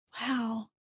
Wow